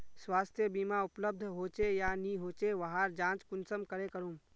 स्वास्थ्य बीमा उपलब्ध होचे या नी होचे वहार जाँच कुंसम करे करूम?